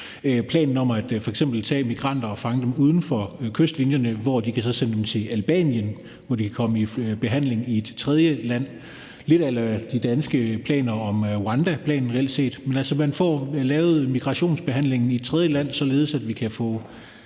planen om at fange migranter uden for kystlinjen, hvor de så kan sende dem til Albanien, hvor de kan få behandling i et tredjeland – reelt set lidt a la de danske planer om Rwanda. Man får altså lavet en migrationsbehandling i et tredjeland, således at vi kan få